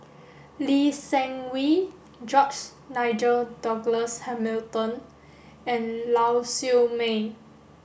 Lee Seng Wee George Nigel Douglas Hamilton and Lau Siew Mei